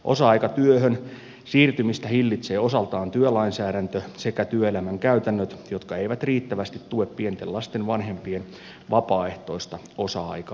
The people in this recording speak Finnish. osa aikatyöhön siirtymistä hillitsee osaltaan työlainsäädäntö sekä työelämän käytännöt jotka eivät riittävästi tue pienten lasten vanhempien vapaaehtoista osa aikatyötä